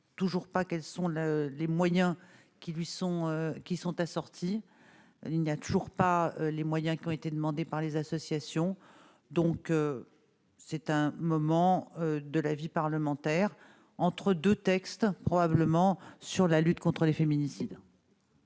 toujours pas qu'elles sont là, les moyens qui lui sont qui sont assorties une il y a toujours pas les moyens qui ont été demandées par les associations, donc c'est un moment de la vie parlementaire entre 2 textes probablement sur la lutte contre les féminicides.